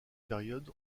période